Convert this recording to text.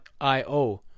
I-O